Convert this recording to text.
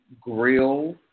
grill